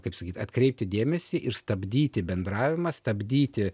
kaip sakyt atkreipti dėmesį ir stabdyti bendravimą stabdyti